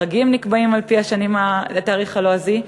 החגים נקבעים על-פי התאריך הלועזי.